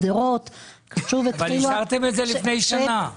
אבל אישרתם את זה לפני שנה.